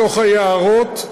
בתוך היערות,